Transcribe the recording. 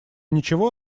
ничего